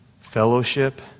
Fellowship